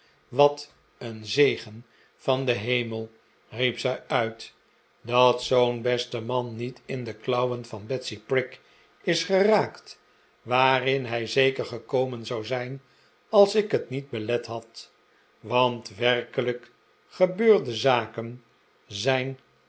wat een zegen van den hemel riep zij uit dat zoo'n beste man niet in de klauwen van betsy prig is geraakt waarin hij zeker gekomen zou zijn als ik het niet belet had want werkelijk gebeurde zaken zijn